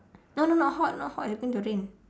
no no not hot not hot it's going to rain